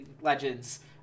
Legends